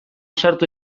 sartu